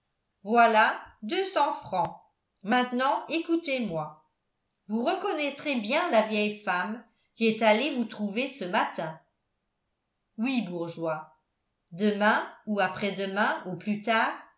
deux cents francs maintenant écoutez-moi vous reconnaîtrez bien la vieille femme qui est allée vous trouver ce matin oui bourgeois demain ou après-demain au plus tard